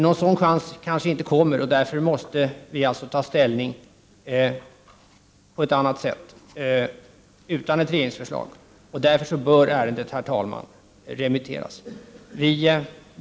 Någon sådan chans kanske inte kommer, och därför måste vi ta ställning utan ett regeringsförslag. Därför bör ärendet, herr talman, remitteras till utskottet.